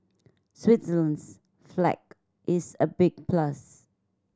Switzerland's flag is a big plus